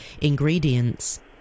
ingredients